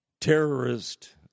terrorist